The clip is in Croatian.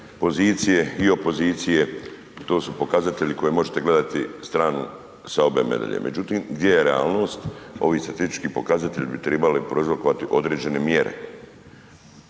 pozicije i opozicije, to su pokazatelji koje možete gledati stranu sa obe medalje. Međutim, gdje je realnost? Ovi statistički pokazatelji bi tribali prouzrokovati određene mjere.